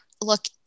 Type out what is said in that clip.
look